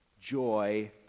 joy